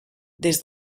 des